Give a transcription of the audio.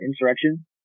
insurrection